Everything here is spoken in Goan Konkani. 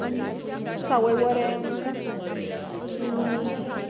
सावय वरें आनी